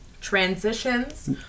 Transitions